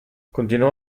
continuò